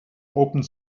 opened